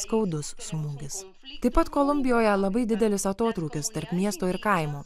skaudus smūgis taip pat kolumbijoje labai didelis atotrūkis tarp miesto ir kaimo